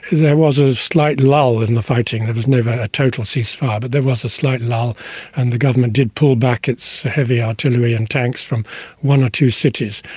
there was a slight lull in the fighting there was never a a total ceasefire, but there was a slight lull and the government did pull back its heavy artillery and tanks from one or two cities.